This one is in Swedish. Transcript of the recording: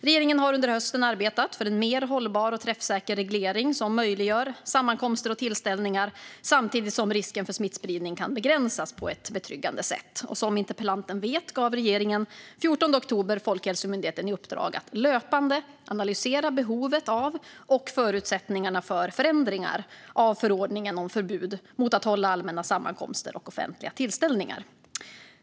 Regeringen har under hösten arbetat för en mer hållbar och träffsäker reglering som möjliggör sammankomster och tillställningar samtidigt som risken för smittspridning kan begränsas på ett betryggande sätt. Som interpellanten vet gav regeringen den 14 oktober Folkhälsomyndigheten i uppdrag att löpande analysera behovet av, och förutsättningarna för, förändringar av förordningen om förbud mot att hålla allmänna sammankomster och offentliga tillställningar.